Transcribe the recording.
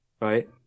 right